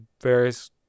various